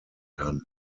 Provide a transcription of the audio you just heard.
kann